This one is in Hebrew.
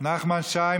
נחמן שי,